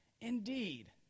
Indeed